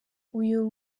uyu